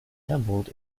tumbled